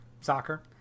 soccer